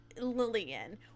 Lillian